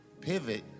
pivot